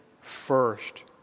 first